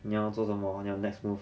你要做什么你要 next move